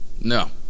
No